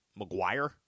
McGuire